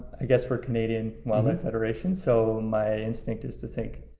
i guess for canadian wildlife federation, so my instinct is to think,